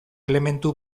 elementu